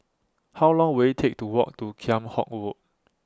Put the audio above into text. How Long Will IT Take to Walk to Kheam Hock Road